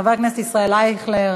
חבר הכנסת ישראל אייכלר,